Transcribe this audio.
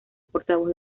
portavoz